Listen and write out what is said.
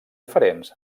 diferents